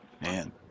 Man